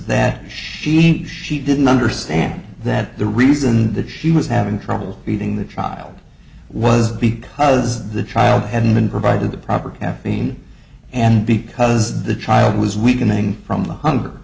that she she didn't understand that the reason that she was having trouble feeding the child was because the child hadn't been provided the proper caffeine and because the child was weakening from the hunger